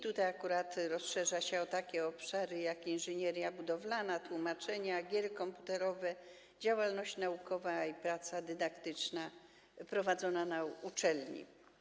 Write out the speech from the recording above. Tutaj rozszerza się to akurat o takie obszary jak inżynieria budowlana, tłumaczenia, gry komputerowe, działalność naukowa i praca dydaktyczna prowadzona na uczelni.